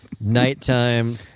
Nighttime